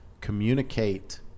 communicate